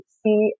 see